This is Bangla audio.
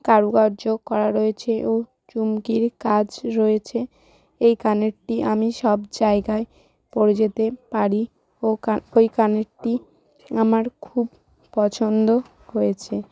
কারুকার্য করা রয়েছে ও চুমকির কাজ রয়েছে এই কানেরটি আমি সব জায়গায় পরে যেতে পারি ও ওই কানেরটি আমার খুব পছন্দ হয়েছে